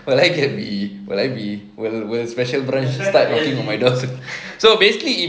well I can be will I be will will special branch start knocking on my door soon so basically